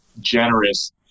generous